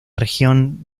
región